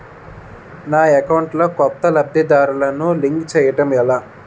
నా అకౌంట్ లో కొత్త లబ్ధిదారులను లింక్ చేయటం ఎలా?